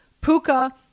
Puka